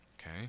okay